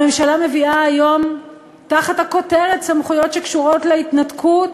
הממשלה מביאה היום תחת הכותרת: "סמכויות שקשורות להתנתקות",